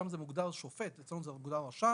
שם זה מוגדר שופט אצלנו זה מוגדר רשם,